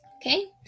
Okay